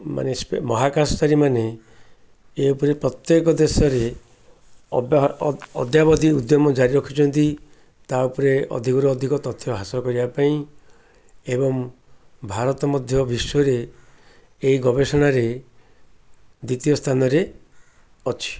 ମାନେ ମହାକାଶଚାରୀ ମାନେ ଏ ଉପରେ ପ୍ରତ୍ୟେକ ଦେଶରେ ଅଦ୍ୟାପଧୀ ଉଦ୍ୟମ ଜାରି ରଖିଛନ୍ତି ତା' ଉପରେ ଅଧିକରୁ ଅଧିକ ତଥ୍ୟ ହାସଲ କରିବା ପାଇଁ ଏବଂ ଭାରତ ମଧ୍ୟ ବିଶ୍ୱରେ ଏ ଗବେଷଣାରେ ଦ୍ୱିତୀୟ ସ୍ଥାନରେ ଅଛି